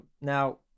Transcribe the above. now